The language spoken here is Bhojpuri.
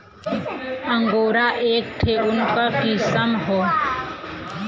अंगोरा एक ठे ऊन क किसम हौ